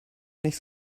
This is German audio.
nicht